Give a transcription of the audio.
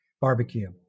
barbecue